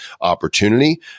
opportunity